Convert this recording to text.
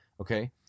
okay